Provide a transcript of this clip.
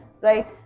right